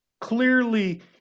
Clearly